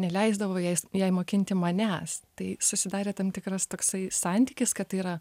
neleisdavo jais jai mokinti manęs tai susidarė tam tikras toksai santykis kad tai yra